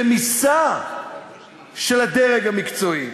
רמיסה של הדרג המקצועי.